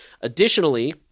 Additionally